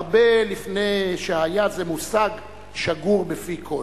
הרבה לפני שהיה זה מושג שגור בפי כול.